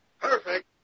Perfect